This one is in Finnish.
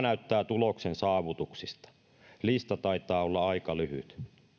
näyttää tuloksen saavutuksista lista taitaa olla aika lyhyt